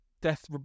death